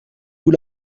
vous